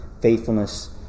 faithfulness